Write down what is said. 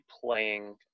playing